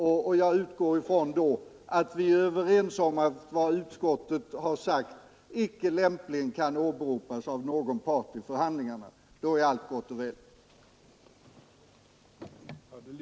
Jag anser mig nu kunna utgå ifrån att vi är överens om att vad utskottet har sagt icke lämpligen kan åberopas av någon part vid förhandlingarna. Då är allt gott och väl.